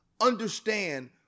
understand